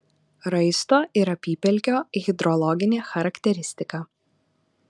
raisto ir apypelkio hidrologinė charakteristika